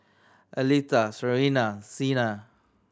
Aletha Sarina Xena